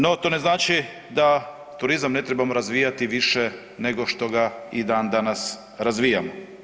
No to ne znači da turizam ne trebamo razvijati više nego što ga i dan danas razvijamo.